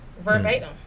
verbatim